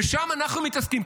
ושם אנחנו מתעסקים.